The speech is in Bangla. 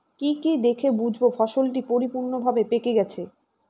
কি কি দেখে বুঝব ফসলটি পরিপূর্ণভাবে পেকে গেছে?